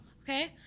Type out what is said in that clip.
okay